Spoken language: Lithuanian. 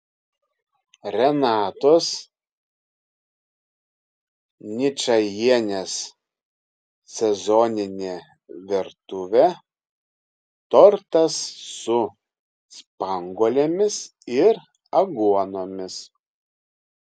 renatos ničajienės sezoninė virtuvė tortas su spanguolėmis ir aguonomis